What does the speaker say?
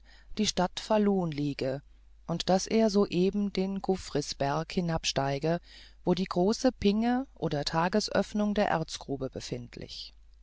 die stadt falun liege und daß er soeben den guffrisberg hinansteige wo die große pinge oder tagesöffnung der erzgrube befindlich